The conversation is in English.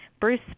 Bruce